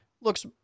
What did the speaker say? looks